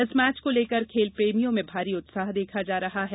इस मैच को लेकर खेल प्रेमियों में भारी उत्साह देखा जा रहा है